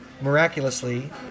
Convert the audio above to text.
Miraculously